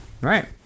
right